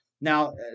Now